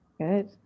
Good